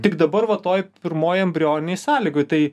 tik dabar va toj pirmoj embrioninėj sąlygoj tai